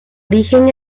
origen